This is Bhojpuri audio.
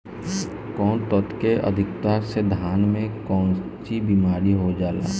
कौन तत्व के अधिकता से धान में कोनची बीमारी हो जाला?